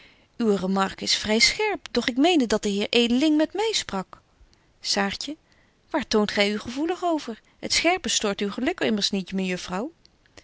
uwe remarque is vry scherp doch ik meende dat de heer edeling met my sprak saartje waar toont gy u gevoelig over betje wolff en aagje deken historie van mejuffrouw sara burgerhart het scherpe stoort uw geluk immers niet